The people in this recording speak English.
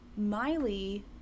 Miley